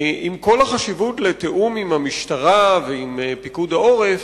עם כל החשיבות לתיאום עם המשטרה ועם פיקוד העורף,